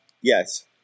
Yes